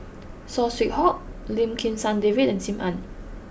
Saw Swee Hock Lim Kim San David and Sim Ann